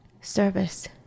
service